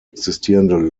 existierende